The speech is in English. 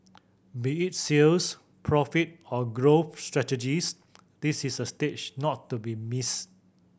be it sales profit or growth strategies this is a stage not to be missed